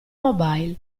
mobile